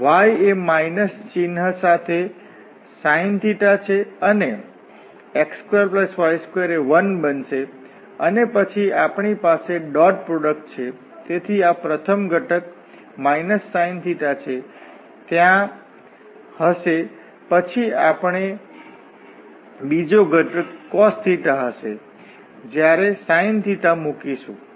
તેથી y એ minus ચિન્હ સાથે sin છે અને x2y2 એ 1 બનશે અને પછી આપણી પાસે ડોટ પ્રોડક્ટ છે તેથી આ પ્રથમ ઘટક sin છે ત્યાં હશે પછી આપણે બીજો ઘટક cos હશે જ્યારે sin મૂકીશું